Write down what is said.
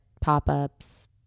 pop-ups